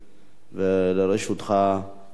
לרשותך שלוש דקות.